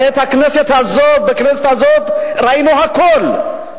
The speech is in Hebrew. הרי בכנסת הזאת ראינו הכול,